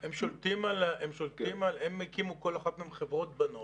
הם הקימו, כל אחד מהם, חברות בנות,